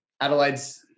Adelaide's